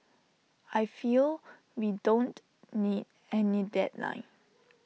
I feel we don't need any deadline